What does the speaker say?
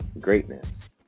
greatness